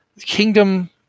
kingdom